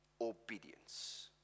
obedience